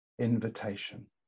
invitation